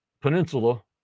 peninsula